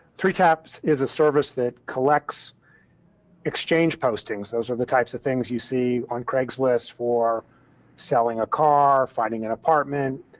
three taps is a service that collects exchange postings. those are the types of things you see on craigslist for selling a car, finding an apartment,